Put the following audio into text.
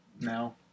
now